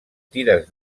tires